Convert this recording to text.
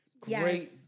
great